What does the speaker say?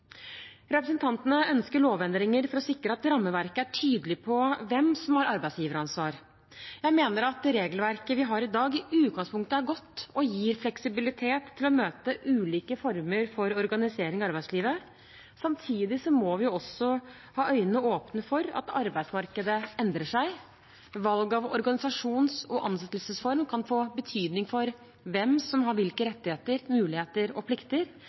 Representantene ønsker lovendringer for å sikre at rammeverket er tydelig på hvem som har arbeidsgiveransvar. Jeg mener at regelverket vi har i dag, i utgangspunktet er godt og gir fleksibilitet til å møte ulike former for organisering i arbeidslivet. Samtidig må vi ha øynene åpne for at arbeidsmarkedet endrer seg. Valg av organisasjons- og ansettelsesform kan få betydning for hvem som har hvilke rettigheter, muligheter og plikter.